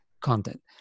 content